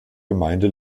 gemeinde